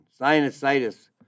sinusitis